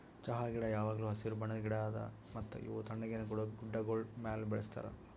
ಚಹಾ ಗಿಡ ಯಾವಾಗ್ಲೂ ಹಸಿರು ಬಣ್ಣದ್ ಗಿಡ ಅದಾ ಮತ್ತ ಇವು ತಣ್ಣಗಿನ ಗುಡ್ಡಾಗೋಳ್ ಮ್ಯಾಲ ಬೆಳುಸ್ತಾರ್